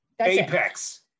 Apex